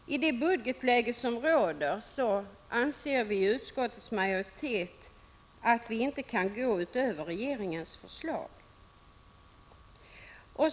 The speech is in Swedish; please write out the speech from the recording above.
I det budgetläge som råder anser vi i utskottets majoritet att vi inte kan gå utöver regeringens förslag.